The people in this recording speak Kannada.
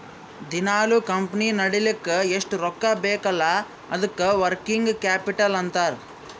ದಿನಾಲೂ ಕಂಪನಿ ನಡಿಲ್ಲಕ್ ಎಷ್ಟ ರೊಕ್ಕಾ ಬೇಕ್ ಅಲ್ಲಾ ಅದ್ದುಕ ವರ್ಕಿಂಗ್ ಕ್ಯಾಪಿಟಲ್ ಅಂತಾರ್